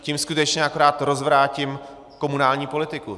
Tím skutečně akorát rozvrátím komunální politiku.